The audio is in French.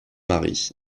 marie